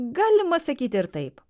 galima sakyti ir taip